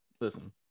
listen